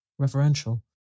Reverential